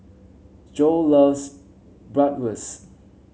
Joe loves Bratwurst